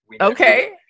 Okay